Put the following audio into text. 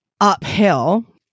uphill